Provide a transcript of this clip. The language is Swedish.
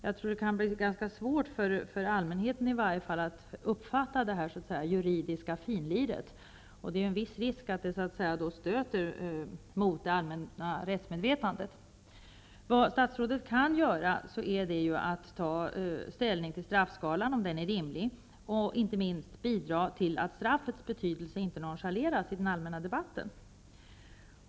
Jag tror att det kan bli ganska svårt för allmänheten att uppfatta detta juridiska ''finlir'', och det är en viss risk att det stöter mot det allmänna rättsmedvetandet. Vad statsrådet kan göra är att ta ställning till straffskalan, om den är rimlig, och inte minst bidra till att straffets betydelse inte nonchaleras i den allmänna debatten.